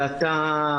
ואתה,